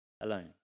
alone